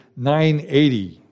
980